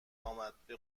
امدبه